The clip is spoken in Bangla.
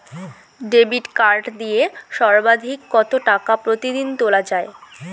ডেবিট কার্ড দিয়ে সর্বাধিক কত টাকা প্রতিদিন তোলা য়ায়?